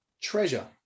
treasure